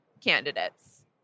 candidates